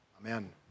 Amen